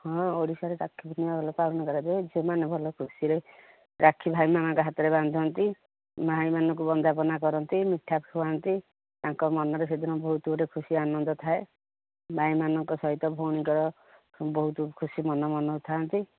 ହଁ ଓଡ଼ିଶାରେ ରାଖି ପୂର୍ଣ୍ଣିମା ଅଲଗା ପାଳନ କରାଯାଏ ଝିଅମାନେ ଭଲ ଖୁସିରେ ରାଖି ଭାଇମାନଙ୍କ ହାତରେ ବାନ୍ଧନ୍ତି ଭାଇମାନଙ୍କୁ ବନ୍ଦାପନା କରନ୍ତି ମିଠା ଖୁଆନ୍ତି ତାଙ୍କ ମନରେ ସେ ଦିନ ବହୁତ ଗୋଟେ ଖୁସି ଆନନ୍ଦ ଥାଏ ଭାଇମାନଙ୍କ ସହିତ ଭଉଣୀର ବହୁତ ଖୁସି ମନଉଥାନ୍ତି